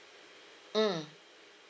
mm